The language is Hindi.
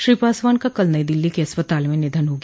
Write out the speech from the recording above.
श्री पासवान का कल नई दिल्ली के अस्पताल में निधन हो गया